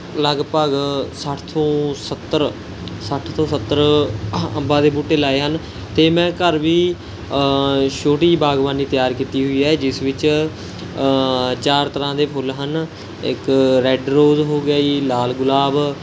ਲਗਭਗ ਸੱਠ ਤੋਂ ਸੱਤਰ ਸੱਠ ਤੋਂ ਸੱਤਰ ਅੰਬਾਂ ਦੇ ਬੂਟੇ ਲਗਾਏ ਹਨ ਅਤੇ ਮੈਂ ਘਰ ਵੀ ਛੋਟੀ ਜਿਹੀ ਬਾਗ਼ਬਾਨੀ ਤਿਆਰ ਕੀਤੀ ਹੋਈ ਹੈ ਜਿਸ ਵਿੱਚ ਚਾਰ ਤਰ੍ਹਾਂ ਦੇ ਫੁੱਲ ਹਨ ਇੱਕ ਰੈੱਡ ਰੋਜ਼ ਹੋ ਗਿਆ ਜੀ ਲਾਲ ਗੁਲਾਬ